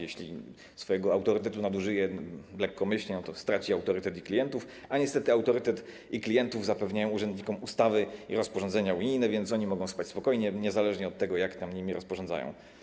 Jeśli swojego autorytetu nadużyje lekkomyślnie, to straci autorytet i klientów, a niestety autorytet i klientów zapewniają urzędnikom ustawy i rozporządzenia unijne, więc mogą oni spać spokojnie, niezależnie od tego, jak tam nimi rozporządzają.